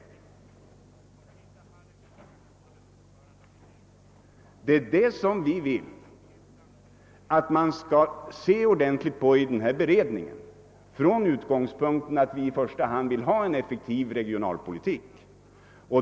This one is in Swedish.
Det är detta vi vill att man skall se ordentligt på i denna beredning från utgångspunkten att vi i första hand vill ha en effektiv regionalpolitik.